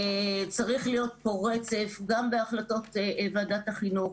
צריך להיות פה רצף גם בהחלטות ועדת החינוך,